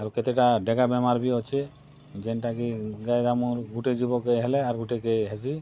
ଆର୍ କେତେଟା ଡେଗା ବେମାର ବି ଅଛେ ଯେନଟାକି ଗାଏଦାମୁର ଗୁଟେ ଜୀବକେ ହେଲେ ଆର୍ ଗୁଟେକେ ହେସି